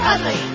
Ugly